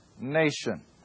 nation